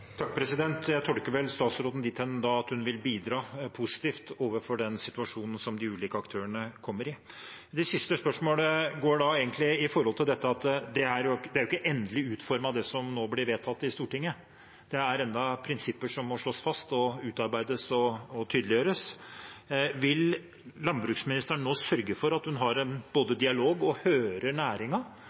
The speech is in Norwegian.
den situasjonen som de ulike aktørene kommer i. Det siste spørsmålet går på at det ikke er endelig utformet, det som blir vedtatt i Stortinget. Det er fremdeles prinsipper som må slås fast og utarbeides og tydeliggjøres. Vil landbruksministeren nå sørge for at hun både har en dialog med og hører